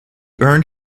earned